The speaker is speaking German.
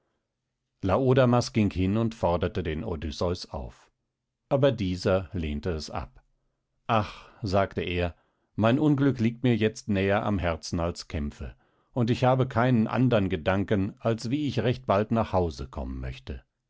ging hin und forderte den odysseus auf aber dieser lehnte es ab ach sagte er mein unglück liegt mir jetzt näher am herzen als kämpfe und ich habe keinen andern gedanken als wie ich recht bald nach hause kommen möchte